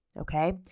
Okay